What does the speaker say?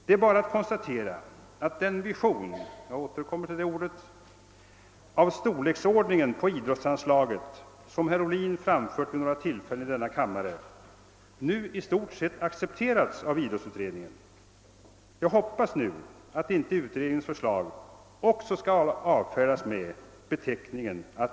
Det är bara att konstatera att den vision — jag återkommer till det ordet — av storleksordningen på idrottsanslaget, som herr Ohlin framfört vid några tillfällen i denna kammare, nu i stort sett accepterats av idrottsutredningen. Jag hoppas nu, att också utredningens förslag inte skall avfärdas med beteckningen överbud.